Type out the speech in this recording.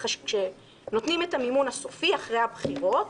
כשמחשבים את המימון הסופי אחרי הבחירות